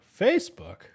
Facebook